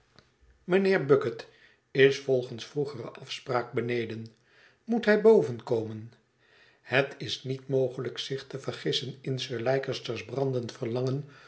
bucket is volgens vroegere afspraak beneden moet hij boven komen het is niet mogelijk zich te vergissen in sir leicester's brandend verlangen